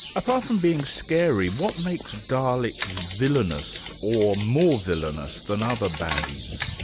apart from being scary, what makes daleks villainous or more villainous than other baddies?